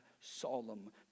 solemn